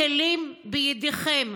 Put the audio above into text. הכלים בידיכם.